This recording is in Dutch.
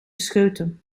scheuten